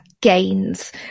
gains